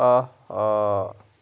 آہا